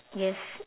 yes